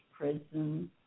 prison